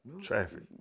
Traffic